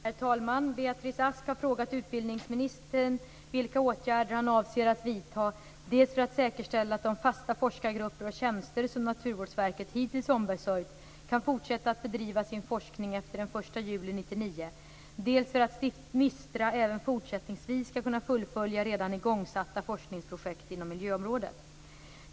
Herr talman! Beatrice Ask har frågat utbildningsministern vilka åtgärder han avser att vidta dels för att säkerställa att de fasta forskargrupper och tjänster som Naturvårdsverket hittills ombesörjt kan fortsätta att bedriva sin forskning efter den 1 juli 1999, dels för att säkerställa att Stiftelsen för miljöstrategisk forskning även fortsättningsvis skall kunna fullfölja redan igångsatta forskningsprojekt inom miljöområdet.